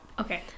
Okay